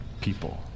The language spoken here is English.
people